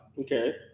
Okay